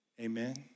amen